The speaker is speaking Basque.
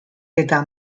eta